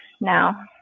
now